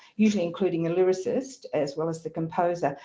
usually including a lyricist as well as the composer.